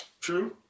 True